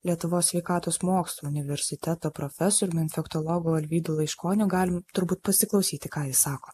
lietuvos sveikatos mokslų universiteto profesoriumi infektologu alvydu laiškoniu galim turbūt pasiklausyti ką jis sako